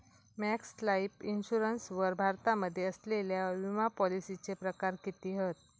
Max Life Insurance वर भारतामध्ये असलेल्या विमापॉलिसीचे प्रकार किती हत?